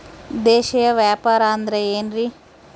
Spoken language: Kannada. ದೇಶೇಯ ವ್ಯಾಪಾರ ಅಂದ್ರೆ ಏನ್ರಿ?